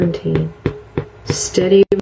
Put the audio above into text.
Steady